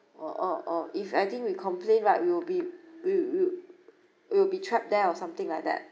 uh uh if I think we complain right we'll be we'll we'll we will be trapped there or something like that